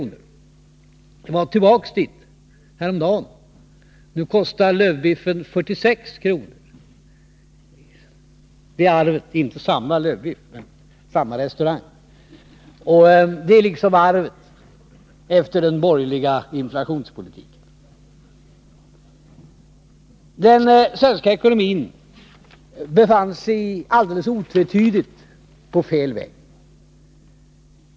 Jag gick tillbaka dit häromdagen. Nu kostade lövbiffen 46 kr. Det är inte samma lövbiff men det är samma restaurang. Det är arvet efter den borgerliga inflationspolitiken. Den svenska ekonomin befann sig alldeles otvetydigt på fel väg.